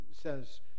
says